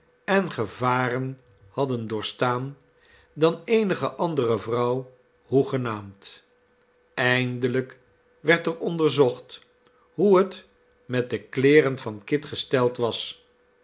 en gevaren hadden doorgestaan dan eenige andere vrouw hoegenaamd eindelijk werd er onderzocht hoe het met de kleeren van kit gesteld was